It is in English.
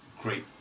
Great